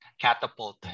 catapult